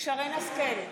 שרן מרים השכל,